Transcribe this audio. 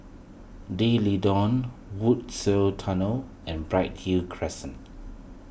D'Leedon Woodsville Tunnel and Bright Hill Crescent